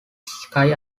sky